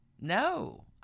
no